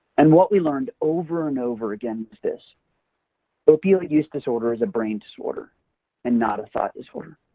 and what we learned over and over again was this opioid use disorder is a brain disorder and not a thought disorder,